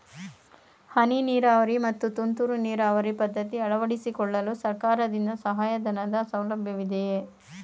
ಹನಿ ನೀರಾವರಿ ಮತ್ತು ತುಂತುರು ನೀರಾವರಿ ಪದ್ಧತಿ ಅಳವಡಿಸಿಕೊಳ್ಳಲು ಸರ್ಕಾರದಿಂದ ಸಹಾಯಧನದ ಸೌಲಭ್ಯವಿದೆಯೇ?